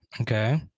Okay